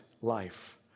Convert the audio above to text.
life